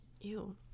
Ew